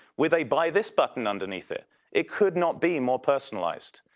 with a buy this button underneath it. it could not be more personalized.